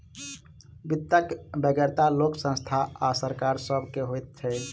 वित्तक बेगरता लोक, संस्था आ सरकार सभ के होइत छै